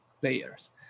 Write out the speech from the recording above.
players